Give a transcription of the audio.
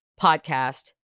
podcast